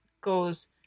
goes